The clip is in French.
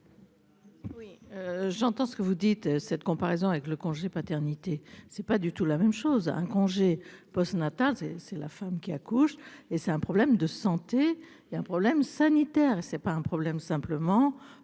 Oui, j'entends ce que vous dites cette comparaison avec le congé paternité, c'est pas du tout la même chose : un congé post-natal c'est c'est la femme qui accouche et c'est un problème de santé il y a un problème sanitaire et c'est pas un problème simplement